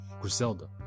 Griselda